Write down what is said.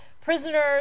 prisoners